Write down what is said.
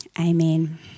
Amen